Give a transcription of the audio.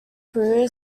crew